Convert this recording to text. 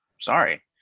sorry